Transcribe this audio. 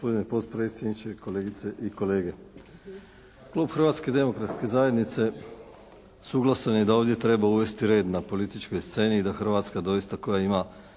Hrvatska doista koja ima